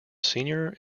senior